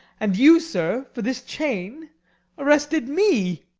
and you, sir, for this chain arrested me.